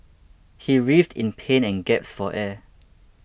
he writhed in pain and gasped for air